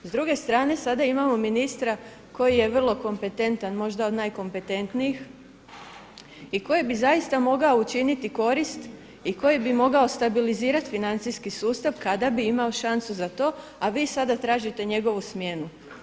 S druge strane sada imamo ministra koji je vrlo kompetentan, možda od najkompetentnijih i koji bi zaista mogao učiniti korist i koji bi mogao stabilizirati financijski sustav kada bi imao šansu za to a vi sada tražite njegovu smjenu.